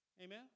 Amen